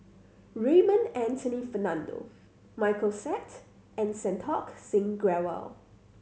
Raymond Anthony Fernando Michael Seet and Santokh Singh Grewal